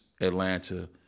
Atlanta